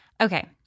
Okay